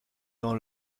dans